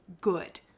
good